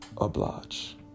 oblige